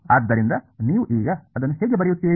ಆದ್ದರಿಂದ ನೀವು ಈಗ ಅದನ್ನು ಹೇಗೆ ಬರೆಯುತ್ತೀರಿ